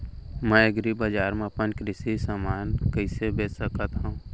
मैं एग्रीबजार मा अपन कृषि समान कइसे बेच सकत हव?